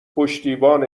پشتیبان